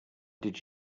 did